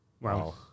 Wow